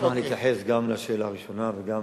אשמח להתייחס גם לשאלה הראשונה וגם